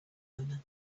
owner